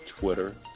Twitter